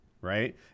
right